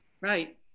Right